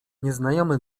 nieznajomy